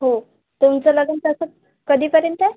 हो तुमचं लग्न तसं कधीपर्यंत आहे